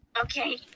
Okay